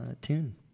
tune